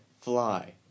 Fly